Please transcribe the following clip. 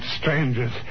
strangers